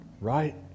right